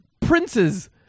princes